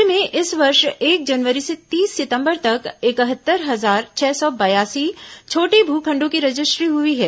राज्य में इस वर्ष एक जनवरी से तीस सितंबर तक इकहत्तर हजार छह सौ बयासी छोटे भू खंडों की रजिस्ट्री हुई है